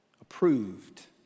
approved